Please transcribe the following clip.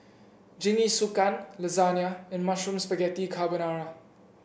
Jingisukan Lasagna and Mushroom Spaghetti Carbonara